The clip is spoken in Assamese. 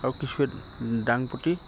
আৰু কিছুৱে ডাংপতি